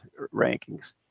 rankings